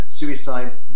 suicide